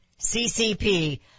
CCP